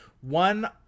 one